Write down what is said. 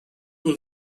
will